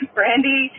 Brandy